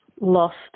lost